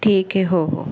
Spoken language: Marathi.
ठीक आहे हो हो